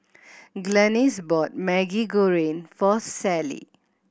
Glennis brought Maggi Goreng for Sallie